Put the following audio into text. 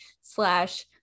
slash